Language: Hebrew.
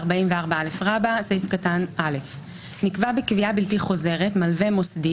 "שינוי מוטב בלתי חוזר 44א. (א)נקבע בקביעה בלתי חוזרת מלווה מוסדי